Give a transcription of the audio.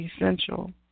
essential